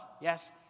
yes